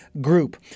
group